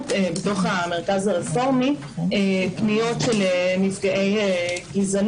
כלומר דיין שלא מבין למה אשה שנפגעת אלימות